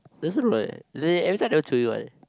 does it look like they every time never jio you one eh